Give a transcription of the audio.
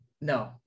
No